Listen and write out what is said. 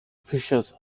fishes